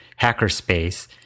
hackerspace